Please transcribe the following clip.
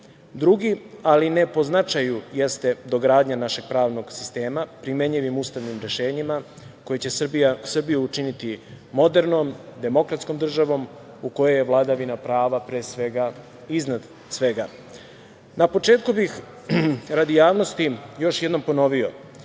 ali ne po značaju, jeste dogradnja našeg pravnog sistema primenjivim ustavnim rešenjima, koje će Srbiju učiniti modernom, demokratskom državom u kojoj je vladavina prava pre svega iznad svega. Na početku bih radi javnosti još jednom ponovio,